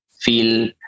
feel